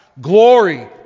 Glory